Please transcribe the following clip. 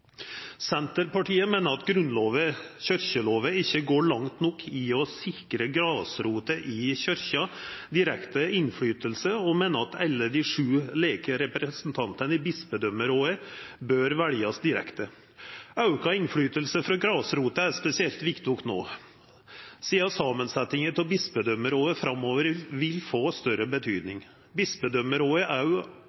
Senterpartiet meiner at kyrkjeloven ikkje går langt nok i å sikra grasrota i Kyrkja direkte innverknad, og meiner at alle dei sju leke representantane i bispedømeråda bør veljast direkte. Auka innverknad frå grasrota er spesielt viktig no, sidan samansetjinga av bispedømeråda framover vil bety meir. Bispedømeråda er allereie tillagde større